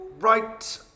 Right